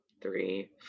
three